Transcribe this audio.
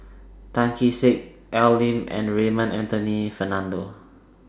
Tan Kee Sek Al Lim and Raymond Anthony Fernando